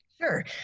Sure